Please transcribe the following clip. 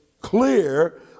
clear